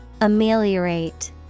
ameliorate